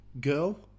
Girl